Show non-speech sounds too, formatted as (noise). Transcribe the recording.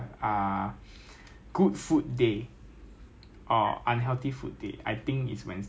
bak-kut-teh eh bak-kut-teh 有没有 ah (coughs) 忘记了 but 就是 good food lah 好像有